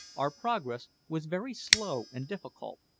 our progress was very slow and difficult.